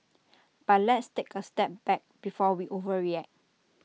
but let's take A step back before we overreact